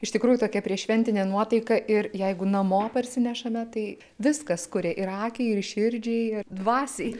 iš tikrųjų tokia prieššventinė nuotaika ir jeigu namo parsinešame tai viskas kuria ir akiai ir širdžiai ir dvasiai